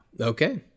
Okay